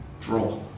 Draw